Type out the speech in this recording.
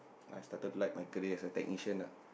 I started like my career as a technician lah